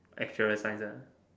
as your assigner